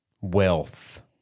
Wealth